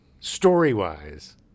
Story-wise